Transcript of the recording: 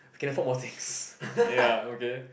can afford more things ya okay